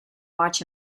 watch